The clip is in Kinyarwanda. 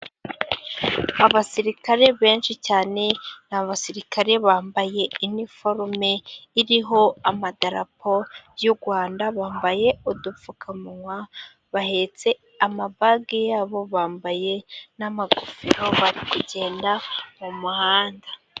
Abasirikare benshi cyane ni abasirikare bambaye iniforume iriho amadarapo y'u Rwanda. Bambaye udupfukamunwa, bahetse amabage yabo, bambaye n'ingofero bari kugenda mu muhanda.